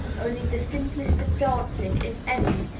only the simplest of dancing, if any,